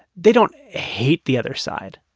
they don't hate the other side.